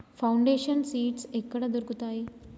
Foundation seeds ఎక్కడ దొరుకుతాయి?